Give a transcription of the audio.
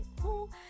cool